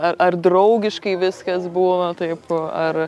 ar ar draugiškai viskas būna taip ar